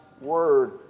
word